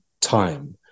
time